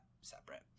separate